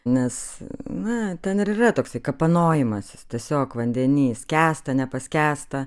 nes na ten ir yra toksai kapanojimasis tiesiog vandeny skęsta nepaskęsta